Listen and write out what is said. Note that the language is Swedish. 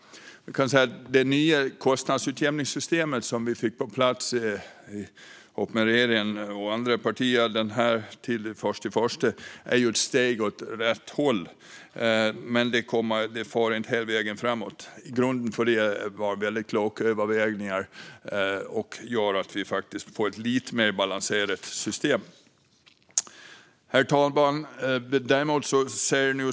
Det nya kostnadsutjämningssystemet, som vi tillsammans med regeringen och andra partier fick på plats den 1 januari, är ett steg i rätt riktning, men det går inte hela vägen fram. Det grundades på väldigt kloka övervägningar och gör att vi får ett lite mer balanserat system. Herr talman!